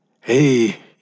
hey